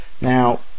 Now